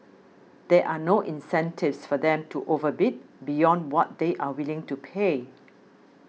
there are no incentives for them to overbid beyond what they are willing to pay